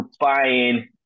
buying